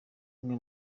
umwe